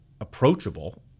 approachable